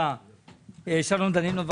חבר הכנסת שלום דנינו,